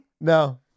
No